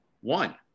one